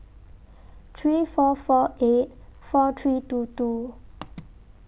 three four four eight four three two two